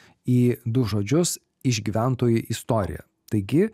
į du žodžius išgyventoji istorija taigi